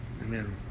Amen